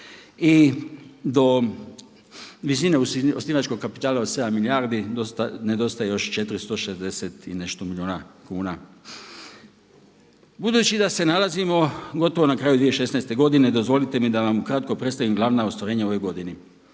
I do visine osnivačkog kapitala od 7 milijardi nedostaje još 460 i nešto milijuna kuna. Budući da se nalazimo gotovo na kraju 2016. godine dozvolite mi da vam ukratko predstavim glavna ostvarenja u ovoj godini.